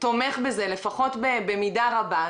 תומך בזה, לפחות במידה רבה.